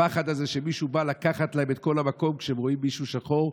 הפחד הזה שמישהו בא לקחת להם את כל המקום כשהם רואים מישהו שחור.